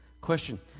Question